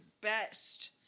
best